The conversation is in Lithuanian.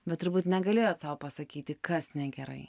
bet turbūt negalėjot sau pasakyti kas negerai